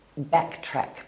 backtrack